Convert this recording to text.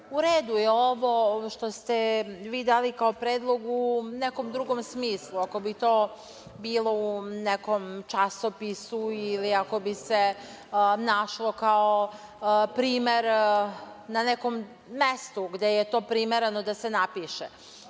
redu je ovo što ste vi dali kao predlog, u nekom drugom smislu, ako bi to bilo u nekom časopisu ili ako bi se našlo kao primer na nekom mestu gde je to primereno da se napiše.